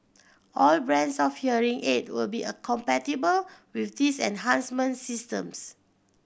all brands of hearing aid will be a compatible with these enhancement systems